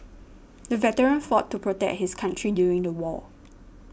the veteran fought to protect his country during the war